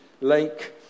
lake